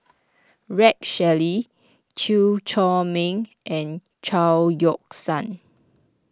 Rex Shelley Chew Chor Meng and Chao Yoke San